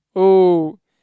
oh